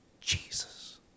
Jesus